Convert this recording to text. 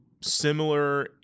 similar